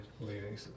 leading